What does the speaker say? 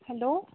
hello